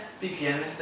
begin